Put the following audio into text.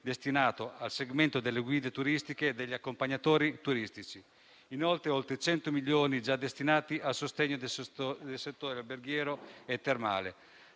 destinato al segmento delle guide turistiche e degli accompagnatori turistici e sono stanziati oltre 100 milioni già destinati al sostegno del settore alberghiero e termale.